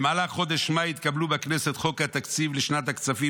במהלך חודש מאי התקבלו בכנסת חוק התקציב לשנת הכספים